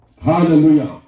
Hallelujah